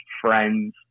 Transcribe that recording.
friends